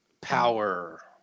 power